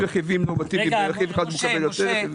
יש רכיבים נורמטיביים כאשר ברכיב אחד היא מקבלת יותר.